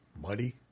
Muddy